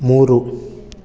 ಮೂರು